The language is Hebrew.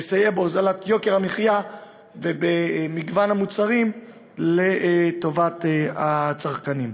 לסייע בהוזלת יוקר המחיה ובמגוון המוצרים לטובת הצרכנים.